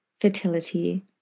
fertility